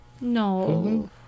no